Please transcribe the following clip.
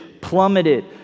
plummeted